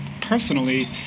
personally